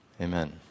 Amen